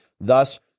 Thus